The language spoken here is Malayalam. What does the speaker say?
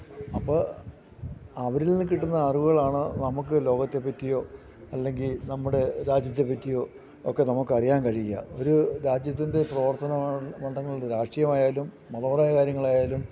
അപ്പോള് അവരിൽനിന്നു കിട്ടുന്ന അറിവുകളാണ് നമുക്കു ലോകത്തെ പറ്റിയോ അല്ലെങ്കില് നമ്മുടെ രാജ്യത്തെ പറ്റിയോ ഒക്കെ നമുക്കറിയാൻ കഴിയുക ഒരു രാജ്യത്തിൻ്റെ പ്രവർത്തന മണ്ഡലങ്ങളുണ്ട് രാഷ്ട്രീയമായാലും മതപരായ കാര്യങ്ങളായാലും